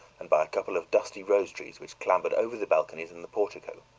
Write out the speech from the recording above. and by a couple of dusty rose trees which clambered over the balconies and the portico.